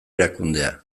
erakundea